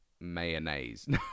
mayonnaise